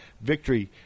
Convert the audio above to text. victory